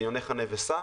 חניוני חנה וסע,